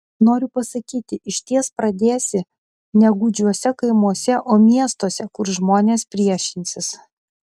noriu pasakyti išties pradėsi ne gūdžiuose kaimuose o miestuose kur žmonės priešinsis